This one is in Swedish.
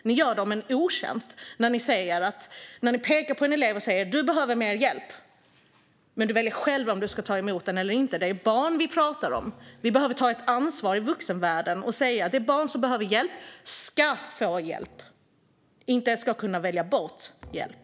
Ni gör dem en otjänst när ni pekar på en elev och säger: Du behöver mer hjälp, men du väljer själv om du ska ta emot den eller inte. Det är barn vi pratar om. Vi i vuxenvärlden behöver ta ett ansvar och säga: Det barn som behöver hjälp ska få hjälp. Det ska inte kunna välja bort hjälp.